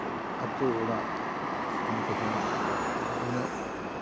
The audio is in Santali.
ᱟᱛᱳ ᱚᱲᱟᱜ ᱫᱤᱥᱚᱢ ᱠᱚᱫᱚ ᱩᱱᱟᱹᱜ